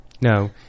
No